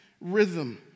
rhythm